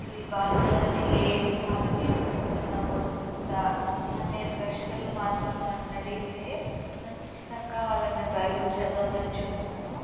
అస్సలు ఈ బాధలన్నీ లేనికాలం ఎప్పటికైనా వస్తుందా అనే ప్రశ్నలు మాత్రం నన్నడిగితే ఖచ్చితంగా వాళ్ళని బైబిల్ చదవమని చెప్తాను